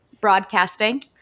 broadcasting